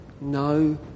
No